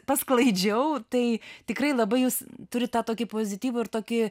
pasklaidžiau tai tikrai labai jūs turit tokį pozityvų ir tokį